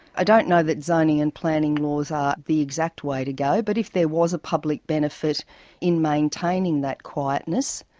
i don't know that zoning and planning laws are the exact way to go, but if there was a public benefit in maintaining that quietness,